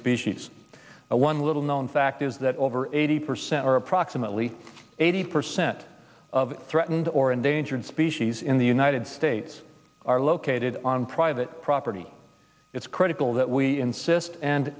species one little known fact is that over eighty percent or approximately eighty percent of threatened or endangered species in the united states are located on private property it's critical that we insist and